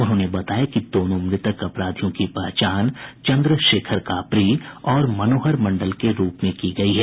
उन्होंने बताया कि दोनों मृतक अपराधियों की पहचान चंद्रशेखर कापरी और मनोहर मंडल के रूप में की गयी है